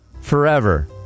forever